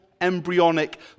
embryonic